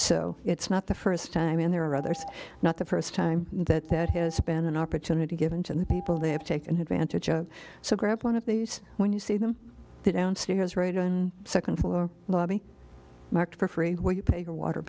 so it's not the first time and there are others not the first time that that has been an opportunity given to the people they have taken advantage of so grab one of these when you see them downstairs right on a second floor lobby for free while you pay your water